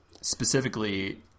specifically